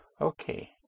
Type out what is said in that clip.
Okay